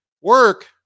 work